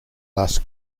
las